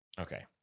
Okay